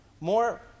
More